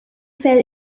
fell